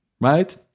right